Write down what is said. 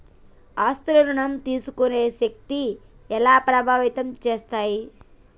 ఆస్తుల ఋణం తీసుకునే శక్తి ఎలా ప్రభావితం చేస్తాయి?